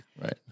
Right